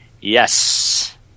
yes